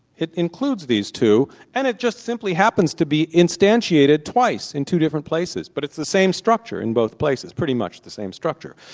it includes these two and it just simply happens to be instantiated twice in two different places, but it's the same structure in both places, pretty much the same structure.